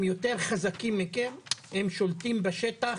הם יותר חזקים מכם, הם שולטים בשטח,